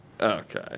Okay